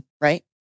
right